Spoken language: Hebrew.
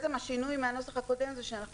השינוי לעומת הנוסח הקודם הוא שאנחנו